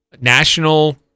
national